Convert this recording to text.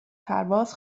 پرواز